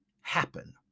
happen